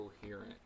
coherent